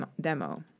demo